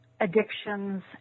addictions